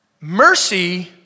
Mercy